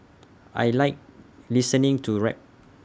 I Like listening to rap